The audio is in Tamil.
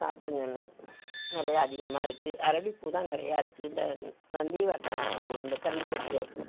சாப்பிடுங்கனு நிறையா அதிகமாக இருக்குது அரளிப்பூதான் நிறையா இருக்குது இந்த நந்திவட்டாம்பூ இந்த கண்ணுக்கு வச்சிக்கிற பூ